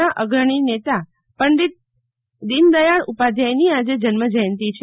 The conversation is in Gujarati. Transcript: ના અગ્રણી નેતા પંડિત દિનદયાળ ઉપાધ્યાયની આજે જન્મજયંતિ છે